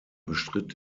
bestritt